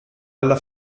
alla